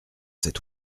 cet